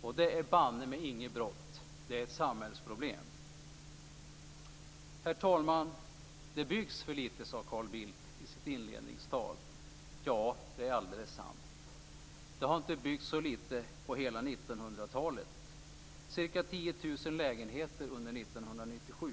Och det är banne mig inget brott; det är ett samhällsproblem. Herr talman! Det byggs för litet, sade Carl Bildt i sitt inledningstal. Ja, det är alldeles sant. Det har tidigare under hela 1900-talet inte byggts så litet som nu, ca 10 000 lägenheter under 1997.